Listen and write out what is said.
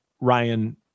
Ryan